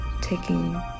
taking